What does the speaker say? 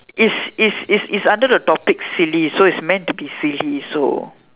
is is is is under the topic silly so is meant to be silly so